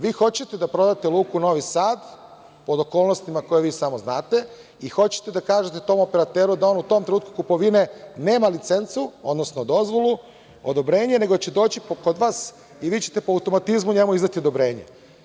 Vi hoćete da prodate luku Novi Sad, pod okolnostima koje vi samo znate, i hoćete da kažete tom operateru da on u tom trenutku kupovine, nema licencu, odnosno dozvolu, odobrenje nego da će doći kod vas i vi ćete po automatizmu njemu izdati odobrenje.